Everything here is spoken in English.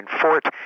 fort